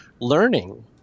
learning